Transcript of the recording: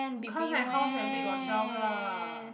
you come my house and make yourself lah